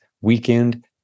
weekend